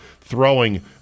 Throwing